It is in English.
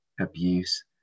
abuse